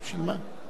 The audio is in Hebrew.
חבר הכנסת אייכלר,